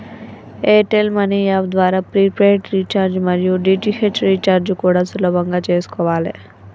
air tell money app ద్వారా prepaid recharge మరియు DTH recharge కూడా సులభంగా చేసుకోవాలే